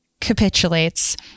capitulates